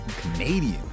Canadian